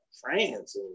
france